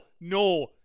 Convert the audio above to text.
no